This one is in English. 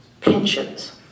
pensions